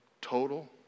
Total